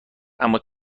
اما